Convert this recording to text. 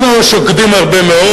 אנחנו שוקדים הרבה מאוד.